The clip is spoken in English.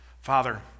Father